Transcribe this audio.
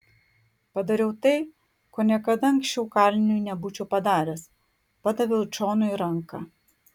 padariau tai ko niekada anksčiau kaliniui nebūčiau padaręs padaviau džonui ranką